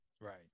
Right